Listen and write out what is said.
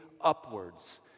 upwards